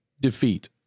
defeat